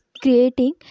creating